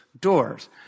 doors